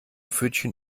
pfötchen